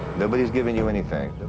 nobody's giving you anything.